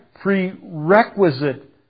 prerequisite